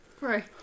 Right